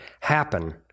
happen